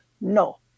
no